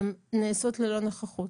הן נעשות ללא נכות.